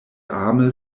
ame